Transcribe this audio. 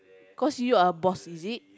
cause you are boss is it